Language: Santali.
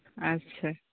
ᱟᱪ ᱪᱷᱟ